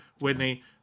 Whitney